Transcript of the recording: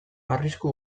arrisku